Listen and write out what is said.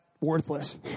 worthless